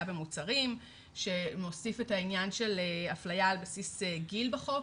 במוצרים שמוסיף את העניין של אפליה על בסיס גיל בחוק,